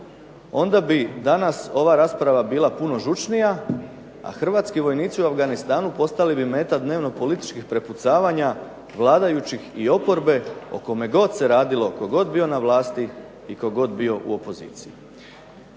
onda bi danas ova rasprava bila puno žučnija, a hrvatski vojnici u Afganistanu postali bi meta dnevno političkih prepucavanja vladajućih i oporbe o kome god se radilo, tko god bio na vlasti i tko god bio u opoziciji.